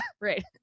right